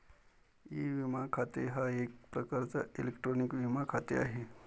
E विमा खाते हा एक प्रकारचा इलेक्ट्रॉनिक विमा खाते आहे